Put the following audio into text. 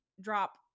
drop